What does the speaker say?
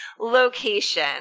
location